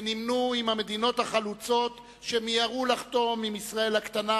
ונמנו עם המדינות החלוצות שמיהרו לחתום עם ישראל הקטנה